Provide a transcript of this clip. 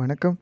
வணக்கம்